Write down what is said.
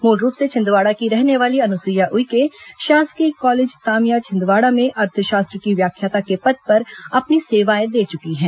मूल रूप से छिंदवाड़ा की रहने वाले अनुसुइया उइके शासकीय कॉलेज तामिया छिंदवाड़ा में अर्थशास्त्र की व्याख्याता के पद पर अपनी सेवाएं दे चुकी हैं